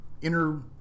inner